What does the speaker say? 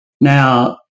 Now